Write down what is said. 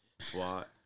SWAT